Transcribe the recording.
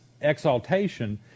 exaltation